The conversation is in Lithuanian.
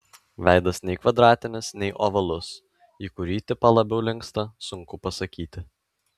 veidas nei kvadratinis nei ovalus į kurį tipą labiau linksta sunku pasakyti